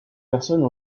personnes